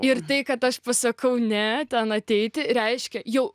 ir tai kad aš pasakau ne ten ateiti reiškia jau